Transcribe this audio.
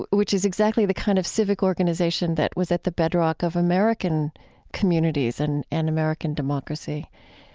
which is exactly the kind of civic organization that was at the bedrock of american communities and and american democracy.